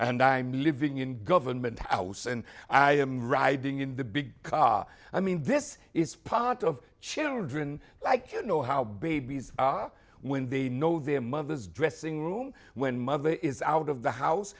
and i'm living in government house and i am riding in the big car i mean this is part of children like you know how babies are when they know their mothers dressing room when mother is out of the house